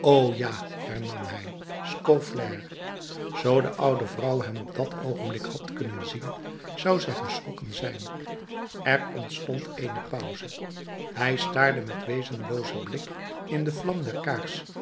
o ja hernam hij scaufflaire zoo de oude vrouw hem op dat oogenblik had kunnen zien zou zij geschrokken zijn er ontstond eene pauze hij staarde met wezenloozen blik in de vlam der kaars